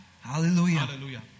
Hallelujah